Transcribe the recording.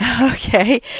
Okay